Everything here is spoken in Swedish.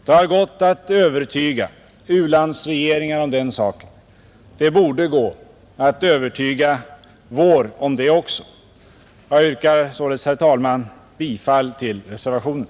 Det har gått att övertyga u-landsregeringar om den saken; det borde gå att övertyga vår om det också. Jag yrkar således, herr talman, bifall till reservationen.